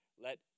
let